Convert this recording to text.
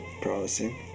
promising